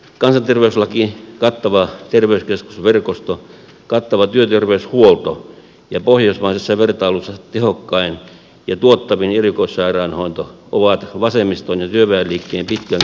kansanterveyslaki kattava terveyskeskusverkosto kattava työterveyshuolto ja pohjoismaisessa vertailussa tehokkain ja tuottavin erikoissairaanhoito ovat vasemmiston ja työväenliikkeen pitkän kamppailun tulosta